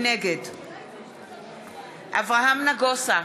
נגד אברהם נגוסה,